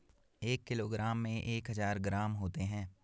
एक किलोग्राम में एक हजार ग्राम होते हैं